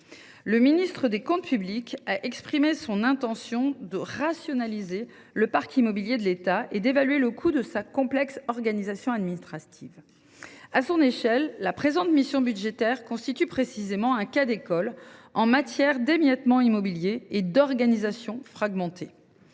le ministre chargé des comptes publics a fait part de son intention de rationaliser le parc immobilier de l’État et d’évaluer le coût de sa complexe organisation administrative. À son échelle, la présente mission budgétaire constitue précisément un cas d’école en matière d’émiettement immobilier et d’organisation fragmentée.